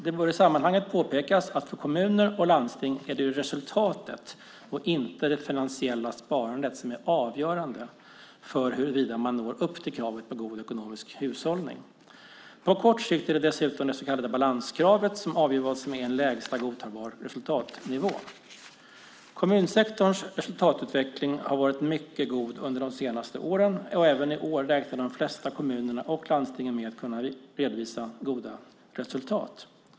Det bör i sammanhanget påpekas att för kommuner och landsting är det resultatet och inte det finansiella sparandet som är avgörande för om man når upp till kravet på god ekonomisk hushållning. På kort sikt är det dessutom det så kallade balanskravet som avgör vad som är en lägsta godtagbar resultatnivå. Kommunsektorns resultatutveckling har varit mycket god under de senaste åren. Även i år räknar de flesta kommuner och landsting med att kunna redovisa goda resultat.